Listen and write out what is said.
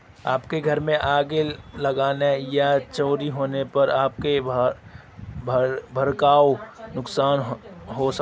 आपके घर में आग लगने या चोरी होने पर आपका भयंकर नुकसान हो सकता है